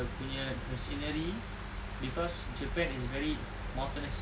punya scenery cause japan is very mountainous